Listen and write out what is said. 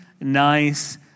nice